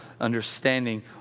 understanding